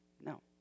No